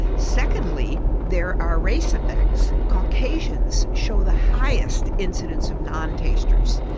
secondly there are race affects. caucasians show the highest incidence of non-tasters,